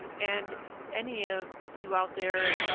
and any of you out there,